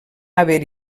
haver